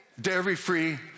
Dairy-free